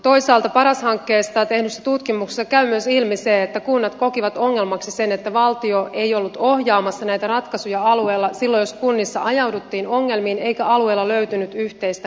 toisaalta paras hankkeesta tehdyssä tutkimuksessa käy myös ilmi se että kunnat kokivat ongelmaksi sen että valtio ei ollut ohjaamassa näitä ratkaisuja alueella silloin jos kunnissa ajauduttiin ongelmiin eikä alueella löytynyt yhteistä näkemystä